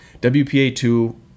WPA2